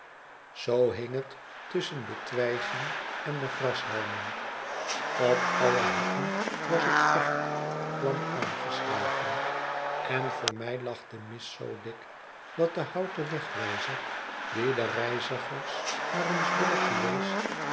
zoo king het tusschen de twijgen en de grashalmen op alle hekken was het vocht klam aangeslagen en voor mij lag de mist zoo dik dat de houten wegwijzer die de reizigers naar ons dorpje wees